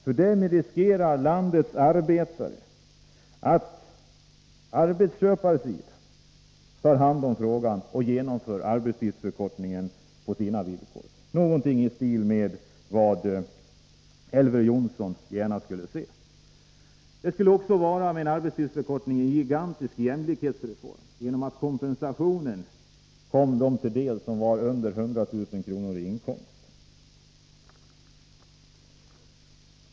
Därigenom riskerar ju landets arbetare att arbetsköparsidan tar hand om frågan och genomför arbetstidsförkortningen på sina villkor, någonting i stil med vad Elver Jonsson gärna skulle se. Arbetstidsförkortningen skulle också bli en gigantisk jämlikhetsreform, om kompensationen skulle komma dem till del som har en inkomst understigande 100 000 kr.